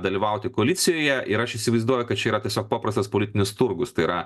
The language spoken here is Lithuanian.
dalyvauti koalicijoje ir aš įsivaizduoju kad čia yra tiesiog paprastas politinis turgus tai yra